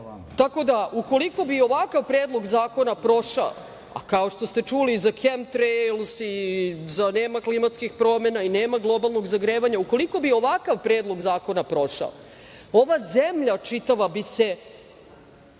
Tako da ukoliko bi ovakav Predlog zakona prošao, a kao što ste čuli za kemtrejsl i za nema klimatskih promena, nema globalnog zagrevanja, ukoliko bi ovakav Predlog zakona prošao, ova zemlja čitava bi se